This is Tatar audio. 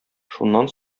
шуннан